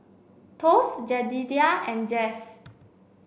Thos Jedediah and Jax